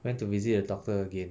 went to visit a doctor again